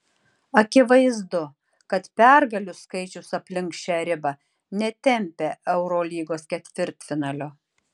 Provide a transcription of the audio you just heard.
akivaizdu kad pergalių skaičius aplink šią ribą netempia eurolygos ketvirtfinalio